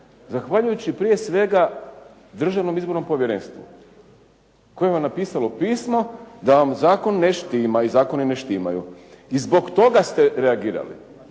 Zahvaljujući prije svega Državnom izbornom povjerenstvu koje je napisalo pismo da vam zakon ne štima i zakoni ne štimaju i zbog toga ste reagirali.